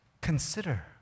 Consider